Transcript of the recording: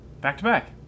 Back-to-back